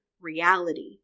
reality